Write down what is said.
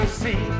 see